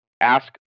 ask